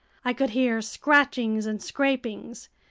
i could hear scratchings and scrapings.